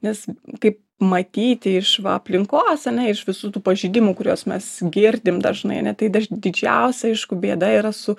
nes kaip matyti iš aplinkos ane iš visų tų pažeidimų kuriuos mes girdim dažnai ane tai didžiausia aišku bėda yra su